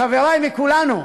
חברי מכולנו,